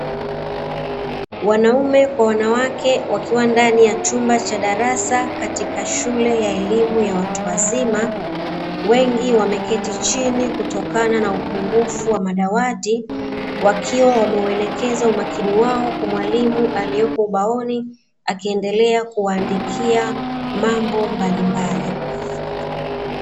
Wanaume kwa wanawake wakiwa ndani ya chumba cha darasa katika shule ya elimu ya watu wazima. Wengi wameketi chini kutokana na upungufu wa madawati, wakiwa wameuelekeza umakini wao kwa mwalimu aliyepo ubaoni akiendeela kuwaandikia mambo mbalimbali.